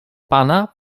pana